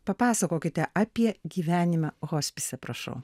papasakokite apie gyvenimą hospise prašau